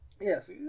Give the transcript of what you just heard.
Yes